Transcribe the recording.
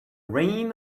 reign